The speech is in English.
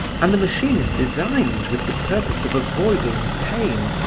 and the machine is designed with the purpose of avoiding pain,